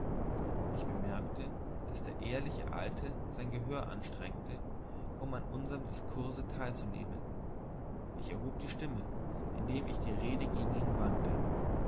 ich bemerkte daß der ehrliche alte sein gehör anstrengte um an unserm diskurse teilzunehmen ich erhob die stimme indem ich die rede gegen ihn